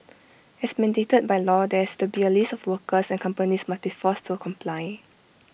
as mandated by law there has to be A list of workers and companies must be forced to comply